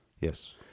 Yes